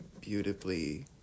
beautifully